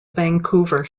vancouver